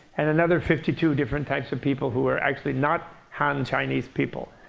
and another fifty two different types of people who are actually not han chinese people.